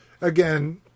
Again